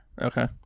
Okay